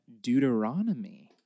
deuteronomy